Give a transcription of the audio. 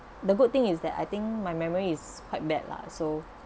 the good thing is that I think my memories is quite bad lah so